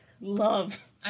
love